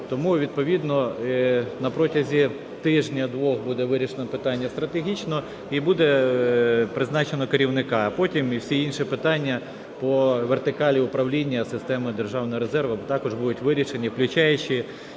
Тому відповідно на протязі тижня-двох буде вирішено питання стратегічно і буде призначено керівника, а потім і всі інші питання по вертикалі управління системи державного резерву також будуть вирішені, включаючи